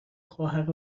خواهر